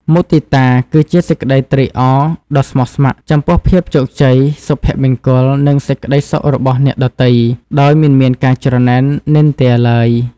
មុទិតា គឺជាសេចក្តីត្រេកអរដ៏ស្មោះស្ម័គ្រ ចំពោះភាពជោគជ័យ សុភមង្គល និងសេចក្តីសុខរបស់អ្នកដទៃ ដោយមិនមានការច្រណែននិន្ទាឡើយ។